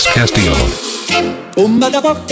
Castillo